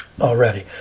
already